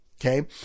Okay